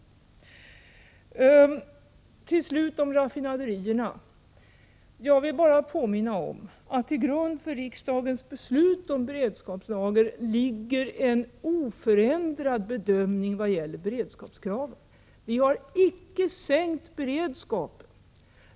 När det till sist gäller frågan om raffinaderierna vill jag bara påminna om att det till grund för riksdagens beslut om beredskapslager ligger en oförändrad bedömning av beredskapskravet. Vi har icke sänkt beredskapen.